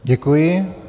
Děkuji.